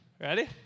ready